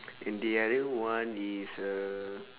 and the other one is uh